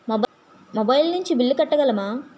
Mobile నుంచి bill కట్టగలమ?